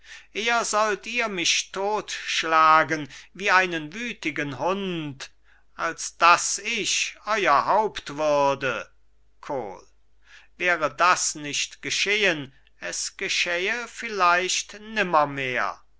eher sollt ihr mich totschlagen wie einen wütigen hund als daß ich euer haupt würde kohl wäre das nicht geschehen es geschähe vielleicht